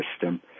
system